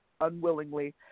unwillingly